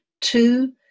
Two